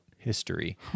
history